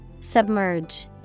Submerge